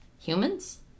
Humans